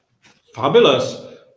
Fabulous